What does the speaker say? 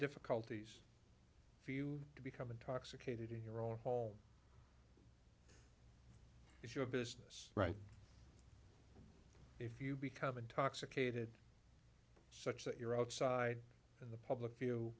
difficulties for you to become intoxicated in your own home if you're a business right if you become intoxicated such that you're outside the public view